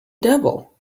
devil